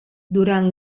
durant